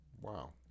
Wow